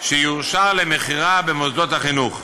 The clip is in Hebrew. שיאושר למכירה במוסדות החינוך.